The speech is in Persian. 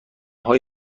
های